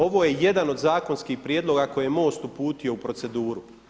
Ovo je jedan od zakonskih prijedloga koje je MOST uputio u proceduru.